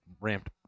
ramped